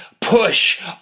push